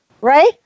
right